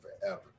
forever